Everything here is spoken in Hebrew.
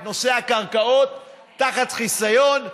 את נושא הקרקעות תחת חיסיון,